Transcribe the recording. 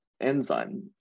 enzyme